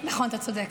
נכון, אתה צודק.